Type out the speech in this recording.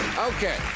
Okay